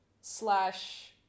slash